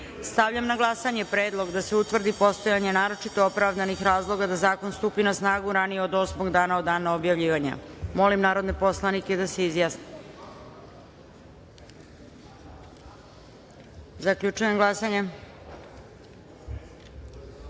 na glasanje predlog da se utvrdi postojanje naročito opravdanih razloga da zakon stupi na snagu ranije od osmog dana od dana objavljivanja. Molim narodne poslanike da se izjasne. Zaključujem glasanje: